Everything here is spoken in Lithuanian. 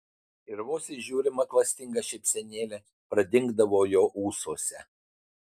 ir vos įžiūrima klastinga šypsenėlė pradingdavo jo ūsuose